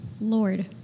Lord